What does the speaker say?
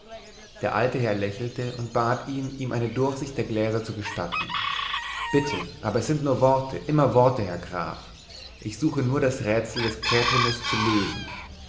der alte herr lächelte und bat ihn ihm eine durchsicht der gläser zu gestatten bitte aber es sind nur worte immer worte herr graf ich suche nur das rätsel des chaetonotus zu lösen